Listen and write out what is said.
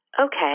okay